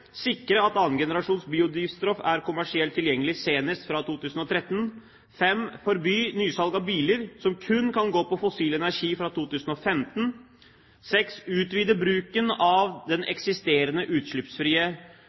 sikre at 2. generasjons biodrivstoff er kommersielt tilgjengelig senest fra 2013 forby nysalg av biler som kun kan gå på fossil energi, fra 2015 utvide bruken av den eksisterende utslippsfrie